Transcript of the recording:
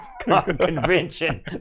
convention